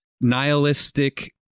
nihilistic